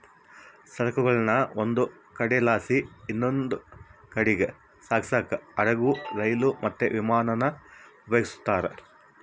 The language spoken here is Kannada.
ಸರಕುಗುಳ್ನ ಒಂದು ಕಡೆಲಾಸಿ ಇನವಂದ್ ಕಡೀಗ್ ಸಾಗ್ಸಾಕ ಹಡುಗು, ರೈಲು, ಮತ್ತೆ ವಿಮಾನಾನ ಉಪಯೋಗಿಸ್ತಾರ